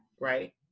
right